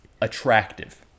attractive